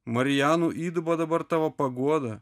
marijano įduba dabar tavo paguoda